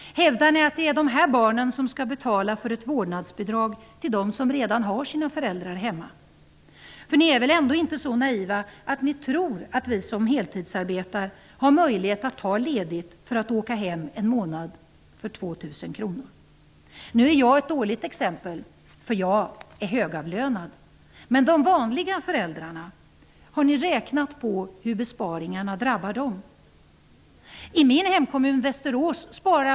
Hävdar ni att dessa barn skall ''betala'' för ett vårdnadsbidrag till dem som redan har sina föräldrar hemma? För ni är väl ändå inte så naiva att ni tror att vi som heltidsarbetar har möjlighet att ta ledigt för att åka hem en månad för Nu är jag ett dåligt exempel, eftersom jag är högavlönad. Har ni räknat på hur besparingarna drabbar de vanliga föräldrarna?